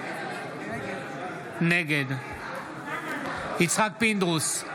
נגד יצחק פינדרוס,